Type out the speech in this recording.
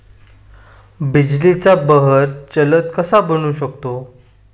बिजलीचा बहर जलद कसा बनवू शकतो?